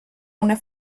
una